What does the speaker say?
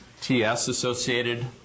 TS-associated